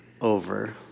over